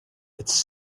it’s